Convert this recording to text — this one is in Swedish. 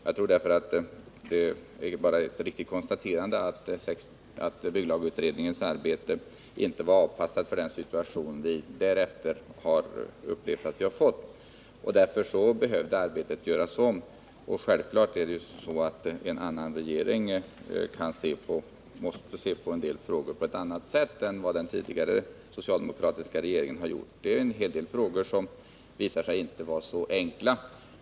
Jag tror det är ett riktigt konstaterande att bygglagutredningens arbete inte var avpassat för den situation vi därefter har fått uppleva. Därför behövs arbetet göras om. Självklart måste en annan regering se på en del frågor på ett annat sätt än vad den tidigare socialdemokratiska regeringen har gjort. Det är en hel del frågor som visar sig vara inte så enkla.